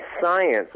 science